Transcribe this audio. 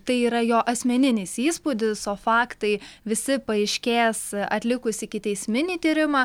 tai yra jo asmeninis įspūdis o faktai visi paaiškės atlikus ikiteisminį tyrimą